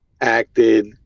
acted